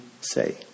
say